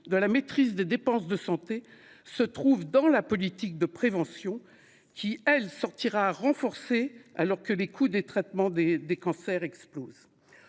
de la maîtrise des dépenses de santé se trouve dans la politique de prévention. Or celle-ci sortira renforcée de ce dispositif, alors que les coûts des traitements des cancers explosent